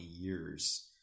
years